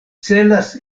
celas